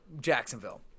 jacksonville